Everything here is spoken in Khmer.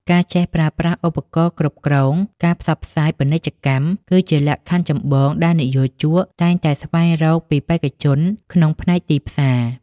ការចេះប្រើប្រាស់ឧបករណ៍គ្រប់គ្រងការផ្សាយពាណិជ្ជកម្ម គឺជាលក្ខខណ្ឌចម្បងដែលនិយោជកតែងតែស្វែងរកពីបេក្ខជនក្នុងផ្នែកទីផ្សារ។